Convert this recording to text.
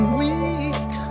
weak